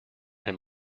him